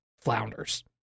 flounders